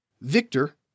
Victor